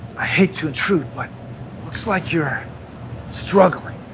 i hate to intrude what looks like you're struggling